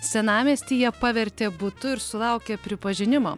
senamiestyje pavertė butu ir sulaukė pripažinimo